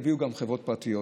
יביאו גם חברות פרטיות